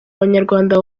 abanyarwanda